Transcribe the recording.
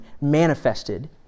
manifested